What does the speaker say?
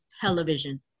television